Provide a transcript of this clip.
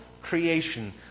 creation